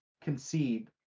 concede